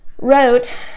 Wrote